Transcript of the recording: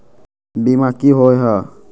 बीमा की होअ हई?